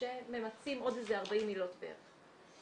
שממצים עוד איזה 40 עילות בערך.